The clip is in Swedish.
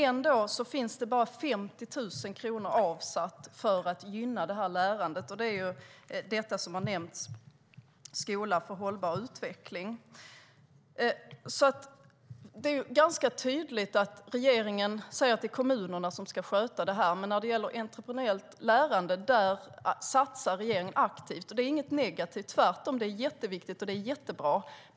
Ändå finns bara 50 000 kronor avsatta för att gynna detta lärande. Det är Skola för hållbar utveckling, som har nämnts. Det är ganska tydligt att regeringen säger att det är kommunerna som ska sköta detta. När det gäller entreprenöriellt lärande satsar dock regeringen aktivt. Det är inget negativt, utan tvärtom jätteviktigt och jättebra.